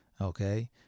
okay